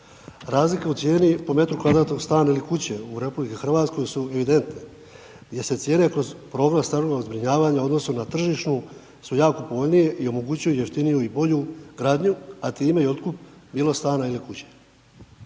Razlika u cijeni po metru kvadratnog stana ili kuće u RH su evidentni, gdje se cijene kroz program stanova zbrinjavanja, u odnosu na tržištu su jako povoljniji i omogućuju jeftiniju i bolju gradnju, a time i otkup bilo stana ili kuće.